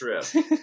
trip